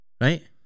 Right